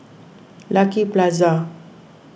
Lucky Plaza